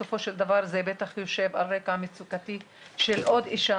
בסופו של דבר זה בטח יושב על רקע מצוקתי של עוד אישה